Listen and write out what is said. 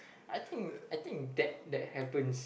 I think I think that that happens